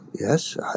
Yes